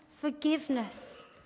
forgiveness